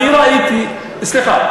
אני ראיתי, טרכטנברג, סליחה.